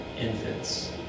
infants